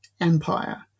empire